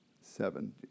seven